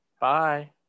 Bye